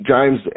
James